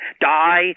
die